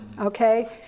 okay